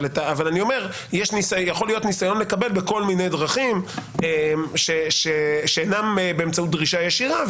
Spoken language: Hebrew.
אבל יכול להיות ניסיון לקבל בכל מיני דרכים שאינן באמצעות דרישה ישירה,